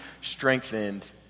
strengthened